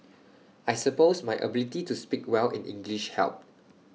I suppose my ability to speak well in English helped